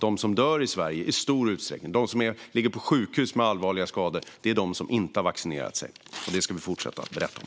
De som dör i Sverige och som ligger på sjukhus med allvarliga skador är i stor utsträckning de som inte har vaccinerat sig. Det ska vi fortsätta att berätta om.